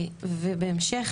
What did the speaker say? ובהמשך,